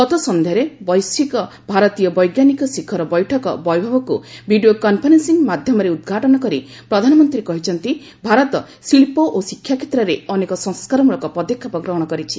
ଗତ ସଂଧ୍ୟାରେ ବୈଶ୍ୱିକ ଭାରତୀୟ ବୈଜ୍ଞାନିକ ଶିଖର ବୈଠକ ବୈଭବକୁ ଭିଡ଼ିଓ କନ୍ଫରେନ୍ସିଂ ମାଧ୍ୟମରେ ଉଦ୍ଘାଟନ କରି ପ୍ରଧାନମନ୍ତ୍ରୀ କହିଛନ୍ତି ଭାରତ ଶିଳ୍ପ ଓ ଶିକ୍ଷା କ୍ଷେତ୍ରରେ ଅନେକ ସଂସ୍କାରମୂଳକ ପଦକ୍ଷେପ ଗ୍ରହଣ କରିଛି